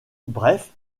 bref